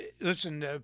listen